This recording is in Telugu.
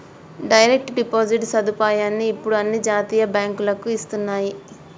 డైరెక్ట్ డిపాజిట్ సదుపాయాన్ని ఇప్పుడు అన్ని జాతీయ బ్యేంకులూ ఇస్తన్నయ్యి